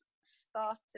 started